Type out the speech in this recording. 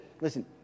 listen